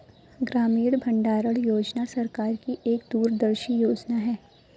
ग्रामीण भंडारण योजना सरकार की एक दूरदर्शी योजना है